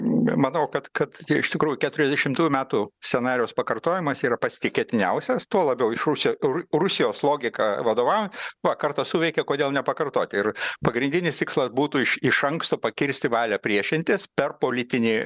manau kad kad iš tikrųjų keturiasdešimųjų metų scenarijaus pakartojimas yra pas tikėtiniausias tuo labiau iš rusijos ru rusijos logika vadovaujant va kartą suveikė kodėl nepakartoti ir pagrindinis tikslas būtų iš iš anksto pakirsti valią priešintis per politinį